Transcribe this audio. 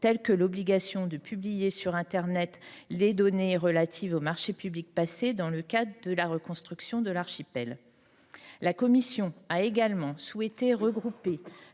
telles que l’obligation de publier sur internet des données relatives aux marchés publics passés dans le cadre de la reconstruction de l’archipel. La commission a également souhaité regrouper